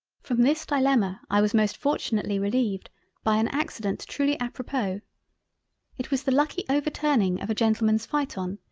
from this dilemma i was most fortunately releived by an accident truly apropos it was the lucky overturning of a gentleman's phaeton,